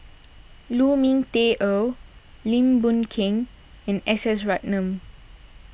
Lu Ming Teh Earl Lim Boon Keng and S S Ratnam